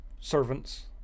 servants